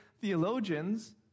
theologians